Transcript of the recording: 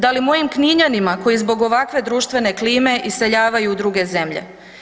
Da li mojim Kninjanima koji zbog ovakve društvene klime, iseljavaju u druge zemlje?